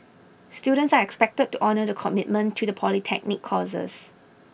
students are expected to honour the commitment to the polytechnic courses